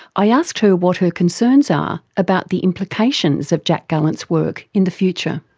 i asked her what her concerns are about the implications of jack gallant's work in the future.